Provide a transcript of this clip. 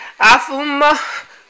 Afuma